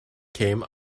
came